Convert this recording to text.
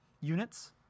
units